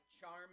charm